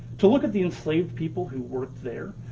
to look at the enslaved people who worked there,